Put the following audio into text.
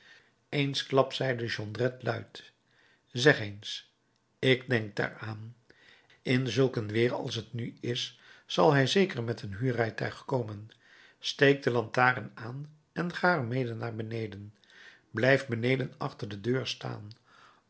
eensklaps zeide jondrette luid zeg eens ik denk daar aan in zulk een weêr als t nu is zal hij zeker met een huurrijtuig komen steek de lantaarn aan en ga er mede naar beneden blijf beneden achter de deur staan